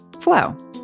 flow